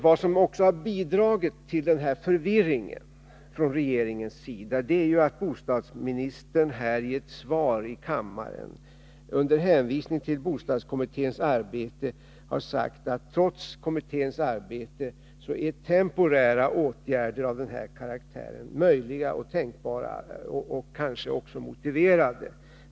Vad som också har bidragit till denna förvirring från regeringens sida är att bostadsministern här i kammaren i ett svar har sagt, under hänvisning till bostadskommitténs arbete, att trots kommitténs arbete är temporära åtgärder av denna karaktär möjliga och tänkbara och kanske också motiverade.